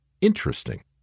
Interesting